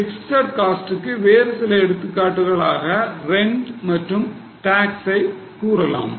fixed காஸ்ட்க்கு வேறு சில எடுத்துக்காட்டுகளாக rent மற்றும் tax ஐ கூறலாம்